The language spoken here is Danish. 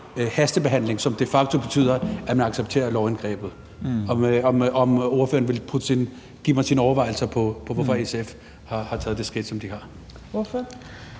de facto betyder, at man accepterer lovindgrebet. Vil ordføreren give mig indsigt i sine overvejelser om det? Hvorfor har SF taget det skridt, som de har?